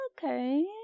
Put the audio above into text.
Okay